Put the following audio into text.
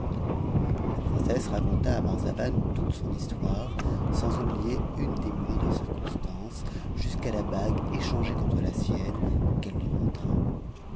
la princesse raconta à marzavan toute son histoire sans oublier u des moindres circonstances jusqu'à la bague échangée contre la sienne qu'elle lui montra